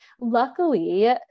Luckily